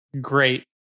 Great